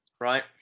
right